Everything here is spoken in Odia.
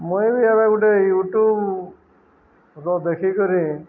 ମୁଇଁ ବି ଏବେ ଗୋଟେ ୟୁଟ୍ୟୁବ ର ଦେଖିକରି